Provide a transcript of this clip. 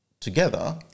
Together